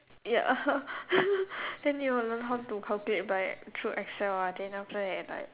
ya then you will learn how to calculate by through Excel ah then after that like